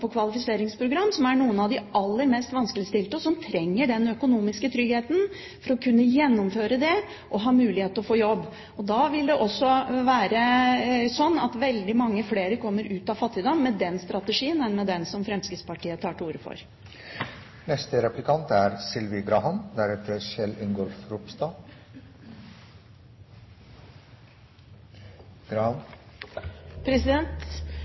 kvalifiseringsprogram, som er noen av de aller mest vanskeligstilte, og som trenger den økonomiske tryggheten for å kunne gjennomføre det og ha mulighet til å få jobb. Det vil være slik at veldig mange flere kommer ut av fattigdom med den strategien vi har, enn med den som Fremskrittspartiet tar til orde